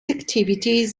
activities